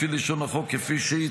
לפי לשון החוק כפי שהיא,